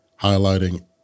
highlighting